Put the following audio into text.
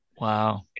Wow